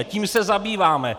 Tím se zabýváme!